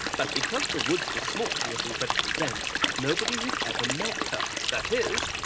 but because the woods were small, yet incredibly dense, nobody had ever met her that is,